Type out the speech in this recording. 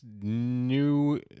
new